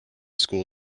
school